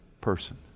person